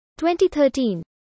2013